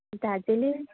Darjeeling